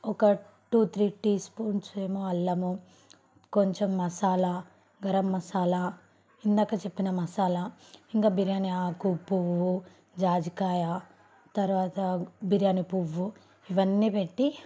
ఒక two three teaspoons ఏమో అల్లము కొంచం మసాలా గరం మసాలా ఇందాక చెప్పిన మసాలా ఇంక బిర్యానీ ఆకు పువ్వు జాజికాయ తర్వాత బిర్యానీ పువ్వు ఇవన్నీ పెట్టి